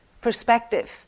perspective